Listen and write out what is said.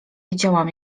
widziałam